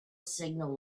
signal